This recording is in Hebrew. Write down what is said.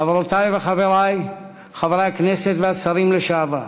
חברותי וחברי חברי הכנסת והשרים לשעבר,